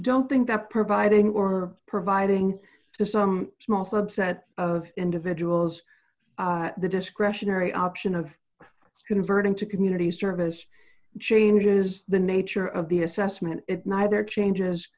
don't think that providing or providing to some small subset of individuals the discretionary option of converting to community service changes the nature of the assessment it neither changes